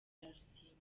ararusimbuka